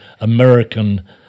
american